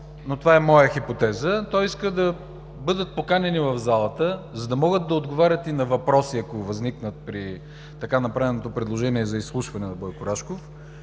но това е моя хипотеза, той иска да бъдат поканени в залата, за да могат да отговарят и на въпроси, ако възникнат при така направеното предложение за изслушване на Бойко Рашков,